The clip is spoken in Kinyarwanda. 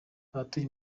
abatuye